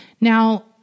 now